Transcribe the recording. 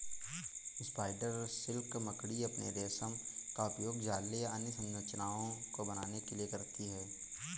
spider silk मकड़ी अपने रेशम का उपयोग जाले या अन्य संरचनाओं को बनाने के लिए करती हैं